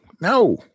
no